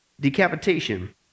Decapitation